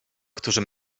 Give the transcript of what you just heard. którzy